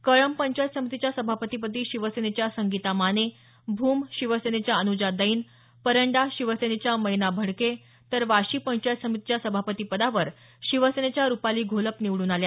कळंब पंचायत समितीच्या सभापती पदी शिवसेनेच्या संगीता माने भूम शिवसेनेच्या अनुजा दैन परंडा शिवसेनेच्या मैना भडके तर वाशी पंचायत समितीच्या सभापती पदावर शिवसेनेच्या रूपाली घोलप निवडून आल्या